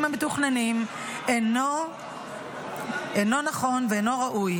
המתוכננים אינו נבון ואינו ראוי.